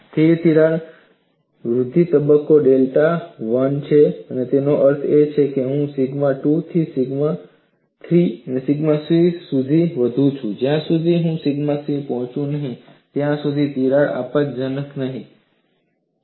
સ્થિર તિરાડ વૃધ્ધિ તબક્કો ડેલ્ટા a 1 છે તેનો અર્થ એ છે કે જો હું સિગ્મા 2 થી સિગ્મા 3 સિગ્મા c સુધી વધું જ્યાં સુધી હું સિગ્મા c સુધી પહોંચું ત્યાં સુધી તિરાડ આપત્તિજનક નહીં બને